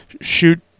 shoot